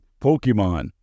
Pokemon